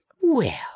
Well